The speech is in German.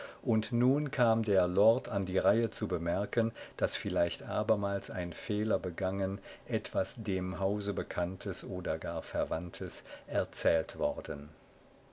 und nun kam der lord an die reihe zu bemerken daß vielleicht abermals ein fehler begangen etwas dem hause bekanntes oder gar verwandtes erzählt worden